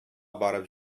барып